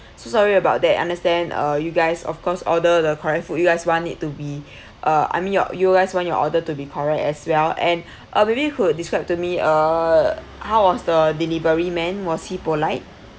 so sorry about that I understand uh you guys of course order the fast food you guys want it to be uh I mean your you guys want your order to be correct as well and uh maybe you can describe to me uh how was the delivery man was he polite